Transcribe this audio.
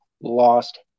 lost